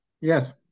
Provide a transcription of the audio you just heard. Yes